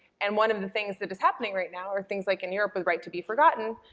and one of the things that is happening right now are things like in europe with right to be forgotten.